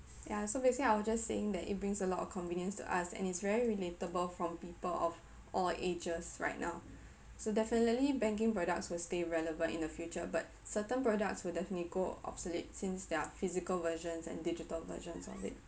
ya so basically I was just saying that it brings a lot of convenience to us and it's very relatable from people of all ages right now so definitely banking products will stay relevant in the future but certain products with a may go obsolete since there are physical versions and digital versions of it